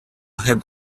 had